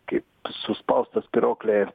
kaip suspausta spyruoklė